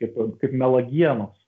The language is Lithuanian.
kaip kaip melagienos